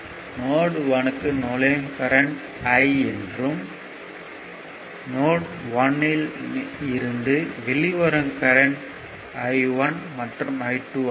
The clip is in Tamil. நோட் 1 க்கு நுழையும் கரண்ட் I என்றும் நோட் 1 இல் இருந்து வெளிவரும் கரண்ட் I1 மற்றும் I2 ஆகும்